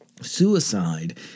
suicide